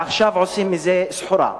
שעכשיו עושים מזה סחורה.